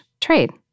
trade